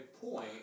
point